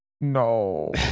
No